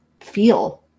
feel